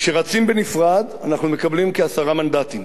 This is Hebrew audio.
כשרצים בנפרד אנחנו מקבלים כעשרה מנדטים,